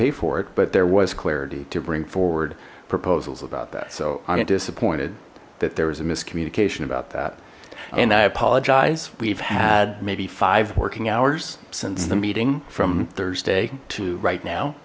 pay for it but there was clarity to bring forward proposals about that so i'm disappointed that there was a miscommunication about that and i apologize we've had maybe five working hours since the meeting from thursday to right now